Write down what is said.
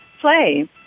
play